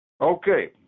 Okay